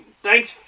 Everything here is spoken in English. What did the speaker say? Thanks